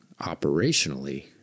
operationally